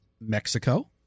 Mexico